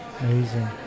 amazing